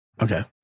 Okay